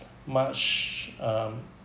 much um